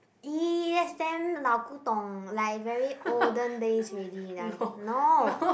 ee that's damn 老古董:Lao Gu Dong like very olden days already lah no